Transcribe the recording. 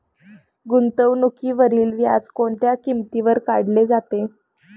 गुंतवणुकीवरील व्याज कोणत्या किमतीवर काढले जाते?